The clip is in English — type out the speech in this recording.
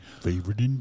Favorite